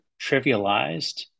trivialized